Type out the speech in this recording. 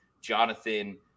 Jonathan